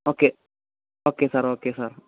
okay okay sir okay sir